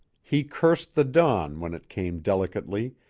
he cursed the dawn when it came delicately,